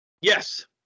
Yes